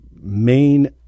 main